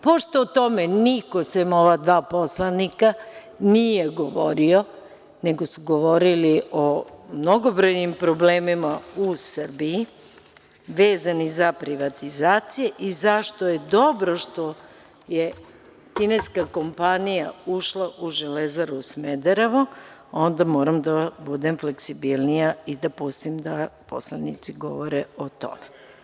Pošto o tome niko sem ova dva poslanika nije govorio, nego su govorili o mnogobrojnim problemima u Srbiji vezano za privatizacije i zašto je dobro što je kineska kompanija ušla u „Železaru Smederevo“ onda moram da budem flaksibilnija i da pustim da poslanici govore o tome.